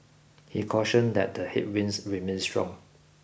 he cautioned that the headwinds remain strong